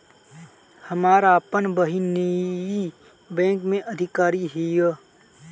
हमार आपन बहिनीई बैक में अधिकारी हिअ